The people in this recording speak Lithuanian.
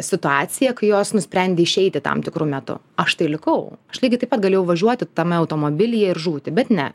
situacija kai jos nusprendė išeiti tam tikru metu aš tai likau aš lygiai taip pat galėjau važiuoti tame automobilyje ir žūti bet ne